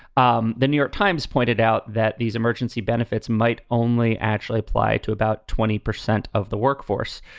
um the new york times pointed out that these emergency benefits might only actually apply to about twenty percent of the workforce.